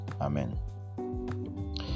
Amen